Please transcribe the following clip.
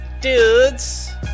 dudes